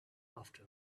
after